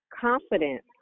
confidence